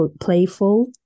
playful